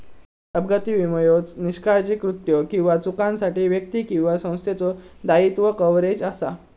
अपघाती विमो ह्यो निष्काळजी कृत्यो किंवा चुकांसाठी व्यक्ती किंवा संस्थेचो दायित्व कव्हरेज असा